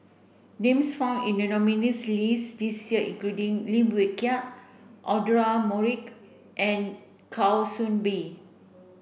names found in the nominees' list this year include Lim Wee Kiak Audra Morrice and Kwa Soon Bee